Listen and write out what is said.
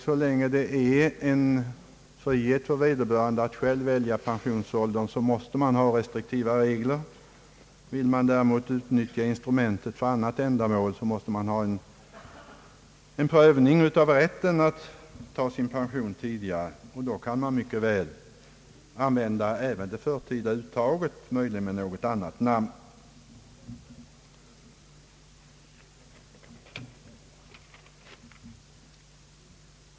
Så länge vederbörande själv har frihet att välja pensionsålder måste det finnas restriktiva regler. Vill man emellertid utnyttja instrumentet för andra ändamål måste det ske en prövning av rätten att få förtidspension. Då kan mycket väl även det förtida uttaget an Om sänkning av pensionsåldern, m.m. vändas — möjligen kan det ha ett annat namn.